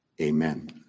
amen